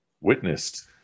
witnessed